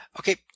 Okay